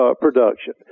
production